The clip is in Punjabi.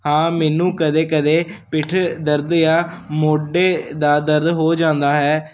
ਹਾਂ ਮੈਨੂੰ ਕਦੇ ਕਦੇ ਪਿੱਠ ਦਰਦ ਜਾਂ ਮੋਢੇ ਦਾ ਦਰਦ ਹੋ ਜਾਂਦਾ ਹੈ